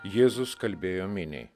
jėzus kalbėjo miniai